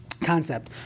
concept